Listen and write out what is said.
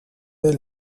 del